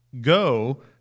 go